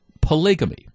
polygamy